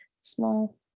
small